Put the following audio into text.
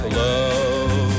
love